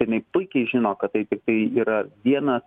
jinai puikiai žino kad tai tikrai yra vienas